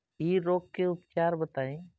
इ रोग के उपचार बताई?